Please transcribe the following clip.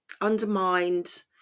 undermined